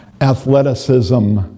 athleticism